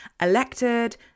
elected